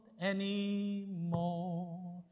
anymore